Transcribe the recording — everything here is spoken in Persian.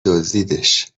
دزدیدش